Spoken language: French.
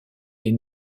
les